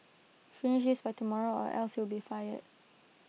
finish this by tomorrow or else you'll be fired